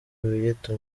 wiyita